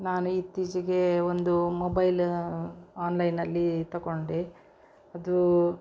ನಾನು ಇತ್ತೀಚಿಗೆ ಒಂದು ಮೊಬೈಲ್ ಆನ್ಲೈನಲ್ಲಿ ತಕೊಂಡೆ ಅದು